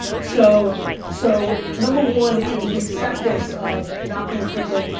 so so number one, it was the acceptance of not being crippled.